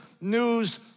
news